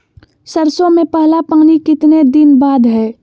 सरसों में पहला पानी कितने दिन बाद है?